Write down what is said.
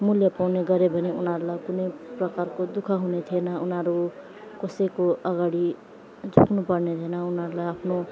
मूल्य पाउने गर्यो भने उनीहरूलाई कुनै प्रकारको दुःख हुने थिएन उनीहरू कसैको अगाडि झुक्नुपर्ने थिएन उनीहरूलाई आफ्नो